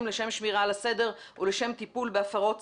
לשם שמירה על הסדר ולשם טיפול בהפרות סדר.